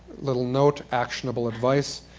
little note, actionable advice,